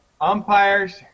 umpires